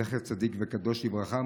זכר צדיק וקדוש לברכה,